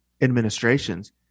administrations